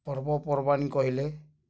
ପର୍ବପର୍ବାଣି କହିଲେ